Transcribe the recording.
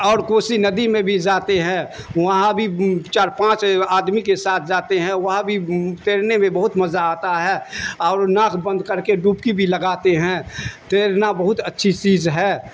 اور کوسی ندی میں بھی جاتے ہیں وہاں بھی چار پانچ آدمی کے ساتھ جاتے ہیں وہاں بھی تیرنے میں بہت مزہ آتا ہے اور ناک بند کر کے ڈبکی بھی لگاتے ہیں تیرنا بہت اچھی چیز ہے